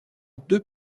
deux